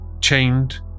chained